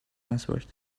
answered